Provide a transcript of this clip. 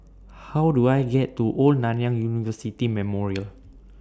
How Do I get to Old Nanyang University Memorial